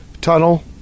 Tunnel